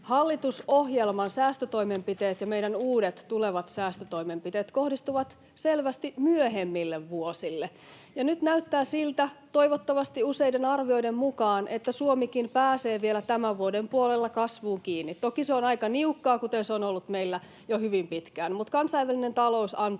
Hallitusohjelman säästötoimenpiteet ja meidän uudet tulevat säästötoimenpiteet kohdistuvat selvästi myöhemmille vuosille. Ja nyt näyttää siltä toivottavasti useiden arvioiden mukaan, että Suomikin pääsee vielä tämän vuoden puolella kasvuun kiinni. Toki se on aika niukkaa, kuten se on ollut meillä jo hyvin pitkään, mutta kansainvälinen talous antaa